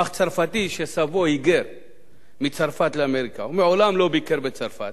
אך צרפתי שסבו היגר מצרפת לאמריקה ומעולם לא ביקר בצרפת,